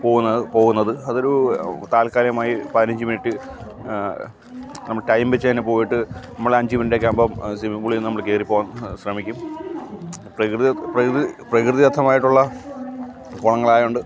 പോവുന്നത് പോവുന്നത് അതൊരു താൽക്കാലികമായി പതിനഞ്ച് മിനിറ്റ് നമ്മൾ ടൈം വെച്ച് തന്നെ പോയിട്ട് നമ്മൾ അഞ്ച് മിനിറ്റ് ഒക്കെ ആകുമ്പോൾ സിമ്മിംഗ് പൂളിൽനിന്ന് നമ്മൾ കയറി പോകാൻ ശ്രമിക്കും പ്രകൃതി പ്രകൃതിദത്തമായിട്ടുള്ള കുളങ്ങൾ ആയതുകൊണ്ട്